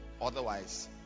otherwise